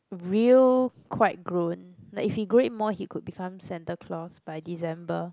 real quite grown like if he grow it more he could become Santa-Claus by December